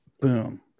Boom